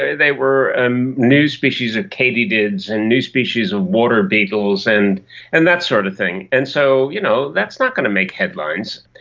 ah they were and new species of katydids and new species of water beetles and and that sort of thing. and so you know that's not going to make headlines.